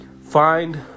Find